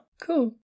Cool